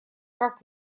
как